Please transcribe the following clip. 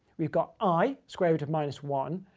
we've got i, square root of minus one,